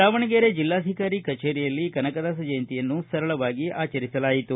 ದಾವಣಗೆರೆ ಜಿಲ್ಲಾಧಿಕಾರಿ ಕಚೇರಿಯಲ್ಲಿ ಕನಕದಾಸ ಜಯಂತಿಯನ್ನು ಸರಳವಾಗಿ ಆಚರಿಸಲಾಯಿತು